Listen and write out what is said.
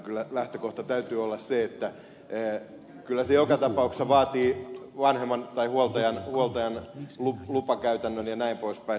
kyllä lähtökohdan täytyy olla se että kyllä se joka tapauksessa vaatii vanhemman tai huoltajan lupakäytännön jnp